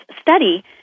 study